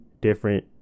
different